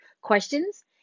questions